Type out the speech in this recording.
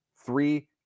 Three